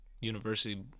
university